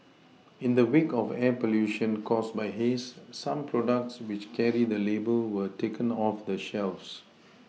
in the wake of air pollution caused by haze some products which carry the label were taken off the shelves